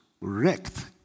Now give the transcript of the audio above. wrecked